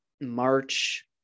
March